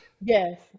Yes